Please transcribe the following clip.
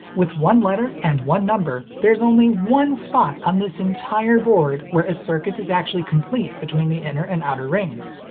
with one letter and one number, there's only one spot on this entire board where a circuit is actually complete between the inner and outer rings.